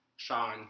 Sean